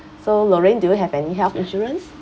so lorraine do you have any health insurance